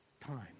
time